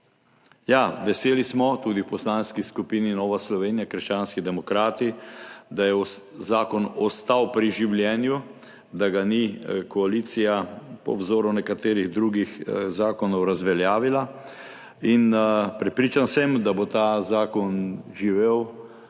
Ja, tudi v Poslanski skupini Nova Slovenija – krščanski demokrati smo veseli, da je zakon ostal pri življenju, da ga ni koalicija po vzoru nekaterih drugih zakonov razveljavila, in prepričan sem, da bo ta zakon živel